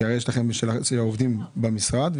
כי הרי יש לכם עובדים שעובדים אצלכם במשרד,